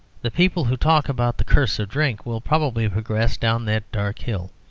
the people who talk about the curse of drink will probably progress down that dark hill.